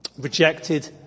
rejected